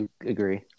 agree